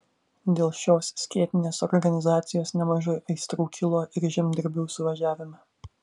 dėl šios skėtinės organizacijos nemažai aistrų kilo ir žemdirbių suvažiavime